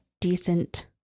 decent